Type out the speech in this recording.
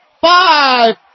five